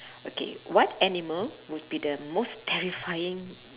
okay what animal would be the most terrifying